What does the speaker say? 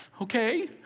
Okay